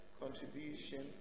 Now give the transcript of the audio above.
contribution